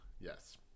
Yes